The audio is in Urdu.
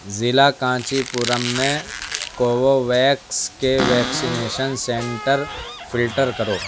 ضلع کانچی پورم میں کوووویکس کے ویکسینیشن سنٹر فلٹر کرو